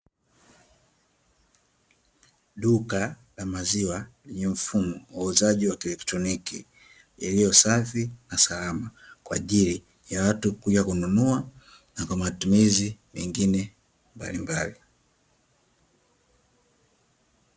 Duka la maziwa lenye mfumo wa uuzaji wa kielektroniki, yaliyo safi na salama, kwa ajili ya watu kuja kununua na kwa matumizi mengine mbalimbali.